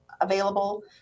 available